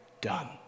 done